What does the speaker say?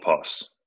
pass